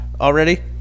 Already